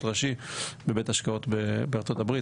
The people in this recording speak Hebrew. ראשי בבית השקעות בבית השקעות בארה"ב,